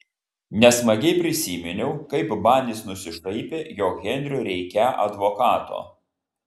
nesmagiai prisiminiau kaip banis nusišaipė jog henriui reikią advokato